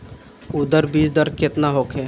उरद बीज दर केतना होखे?